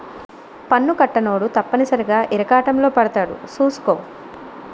పన్ను కట్టనోడు తప్పనిసరిగా ఇరకాటంలో పడతాడు సూసుకో